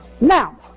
Now